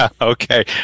Okay